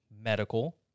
medical